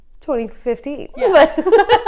2015